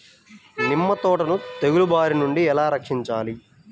నిమ్మ తోటను తెగులు బారి నుండి ఎలా రక్షించాలి?